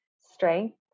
strength